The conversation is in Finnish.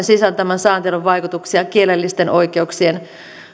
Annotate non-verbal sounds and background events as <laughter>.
<unintelligible> sisältämän sääntelyn vaikutuksia kielellisten oikeuksien